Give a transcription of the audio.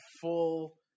full